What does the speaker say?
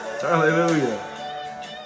Hallelujah